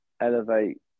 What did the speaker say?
elevate